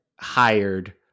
hired